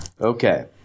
Okay